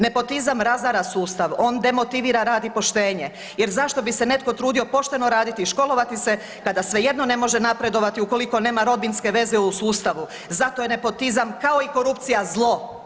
Nepotizam razara sustav, on demotivira rad i poštenje jer zašto bi se netko trudio pošteno raditi i školovati kada svejedno ne može napredovati ukoliko nema rodbinske veze u sustavu, zato je nepotizam kao i korupcija zlo.